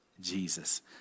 Jesus